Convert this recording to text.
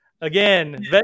Again